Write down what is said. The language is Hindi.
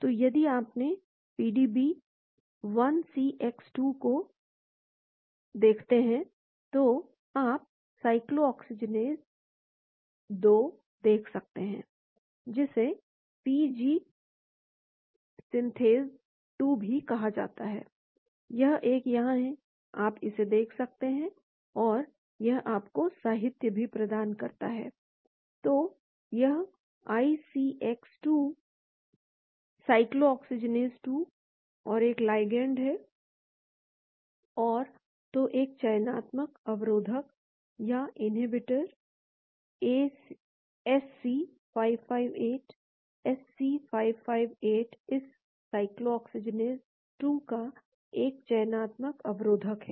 तो यदि आप अपने pdb 1cx2 को देखते हैं तो आप साइक्लोऑक्सीजिनेज 2 देख सकते हैं जिसे PG सिंथेज़ 2 भी कहा जाता है यह एक यहां है आप इसे देख सकते हैं और यह आपको साहित्य भी प्रदान करता है तो यह 1cx2 साइक्लोऑक्सीजिनेज 2 और एक लाइगैंड है और तो एक चयनात्मक अवरोधक या इन्हिबिटर एससी 558 एससी 558 इस साइक्लोऑक्सीजिनेज 2 का एक चयनात्मक अवरोधक है